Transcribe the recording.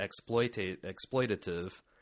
exploitative